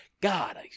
God